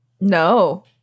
No